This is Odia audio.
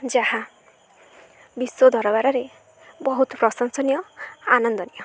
ଯାହା ବିଶ୍ୱ ଦରବାରରେ ବହୁତ ପ୍ରଶଂସନୀୟ ଆନନ୍ଦନୀୟ